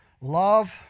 love